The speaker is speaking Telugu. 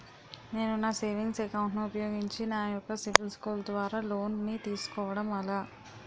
నేను నా సేవింగ్స్ అకౌంట్ ను ఉపయోగించి నా యెక్క సిబిల్ స్కోర్ ద్వారా లోన్తీ సుకోవడం ఎలా?